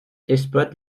exploite